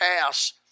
pass